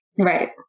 right